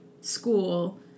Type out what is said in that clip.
school